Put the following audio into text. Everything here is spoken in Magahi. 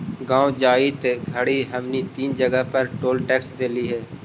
गाँव जाइत घड़ी हमनी तीन जगह पर टोल टैक्स देलिअई